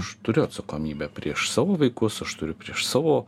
aš turiu atsakomybę prieš savo vaikus aš turiu prieš savo